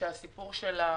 לדעתי,